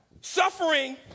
suffering